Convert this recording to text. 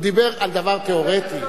הוא דיבר על דבר תיאורטי.